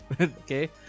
okay